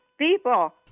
people